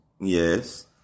Yes